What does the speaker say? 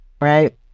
right